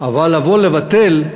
אבל לבוא לבטל,